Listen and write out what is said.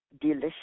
Delicious